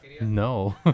No